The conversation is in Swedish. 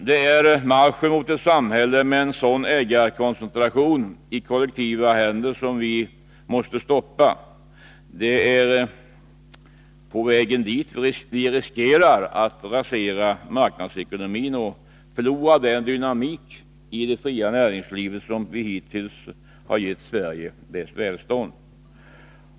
Det är marschen mot en samhälle med: en sådan ägarkoncentration i kollektiva händer som vi måste stoppa. Det är på vägen dit vi riskerar att rasera marknadsekonomin och förlora den dynamik i det fria näringslivet som hittills gett Sverige dess välstånd.